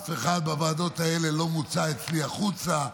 אף אחד בוועדות האלה לא מוצא אצלי החוצה,